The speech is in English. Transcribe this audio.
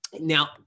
Now